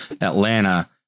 Atlanta